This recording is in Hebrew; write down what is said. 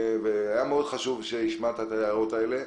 ומאוד חשוב שהשמעת את ההערות האלו.